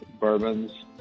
bourbons